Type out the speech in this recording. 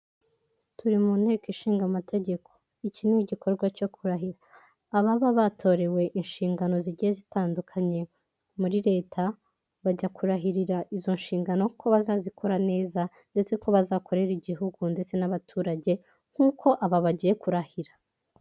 Turi mu nteko ishinga amategeko. Iki ni igikorwa cyo kurahira. Ababa batorewe inshingano zigiye zitandukanye muri leta, bajya kurahirira izo nshingano ko bazazikora neza ndetse ko bazakorera igihugu ndetse n'abaturage nk'uko aba bagiye kurahira.